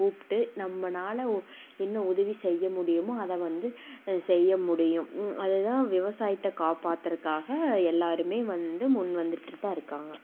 கூப்பிட்டு நம்மனால் உ என்ன உதவி செய்ய முடியும் அதை வந்து செய்ய முடியும் அது தான் விவசாயத்தை காப்பாத்தருக்காக எல்லோரும் வந்து முன் வந்துட்டு தான் இருக்காங்க